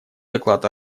доклад